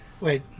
Wait